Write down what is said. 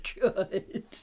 good